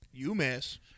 UMass